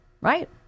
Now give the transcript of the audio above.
right